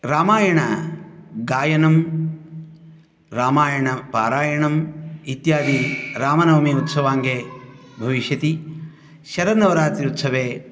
रामायणगायनं रामायणपारायणम् इत्यादि रामनवमी उत्सवाङ्गे भविष्यति शरन्नवरात्रि उत्सवे